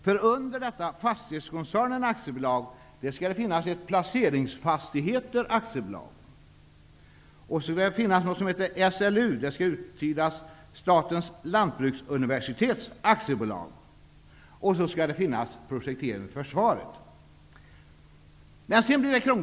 Inordnat under Fastighetskoncernen AB Lantbruksuniversitet AB) och Projektering för försvaret. Men sedan blir det ännu krångligare enligt skissen.